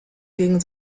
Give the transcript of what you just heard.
gegen